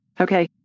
Okay